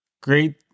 Great